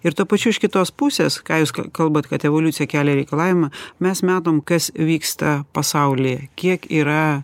ir tuo pačiu iš kitos pusės ką jūs kalbat kad evoliucija kelia reikalavimą mes matom kas vyksta pasaulyje kiek yra